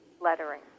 lettering